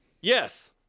Yes